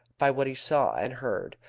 by what he saw and heard.